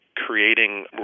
creating